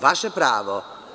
Vaše pravo.